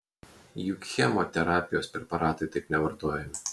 juk chemoterapijos preparatai taip nevartojami